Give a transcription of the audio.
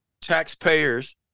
taxpayers